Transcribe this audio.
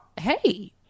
hey